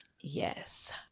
Yes